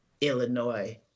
Illinois